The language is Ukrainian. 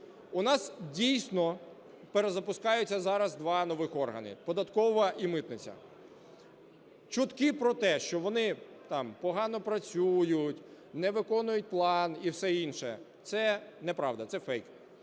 У нас, дійсно, перезапускаються зараз два нові органи – податкова і митниця. Чутки про те, що вони там погано працюють, не виконують план і все інше, – це неправда, це фейк.